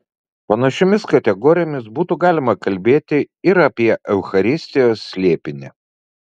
panašiomis kategorijomis būtų galima kalbėti ir apie eucharistijos slėpinį